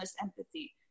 empathy